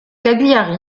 cagliari